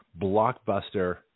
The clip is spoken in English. blockbuster